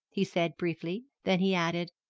he said, briefly then he added,